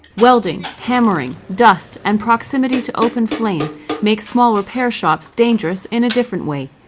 welding hammering, dust and proximity to open flame makes small repair shops dangerous in a different way.